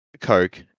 Coke